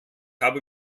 habe